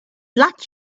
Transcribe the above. luck